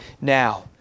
now